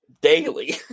daily